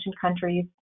countries